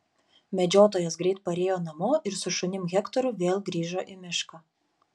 medžiotojas greit parėjo namo ir su šunim hektoru vėl grįžo į mišką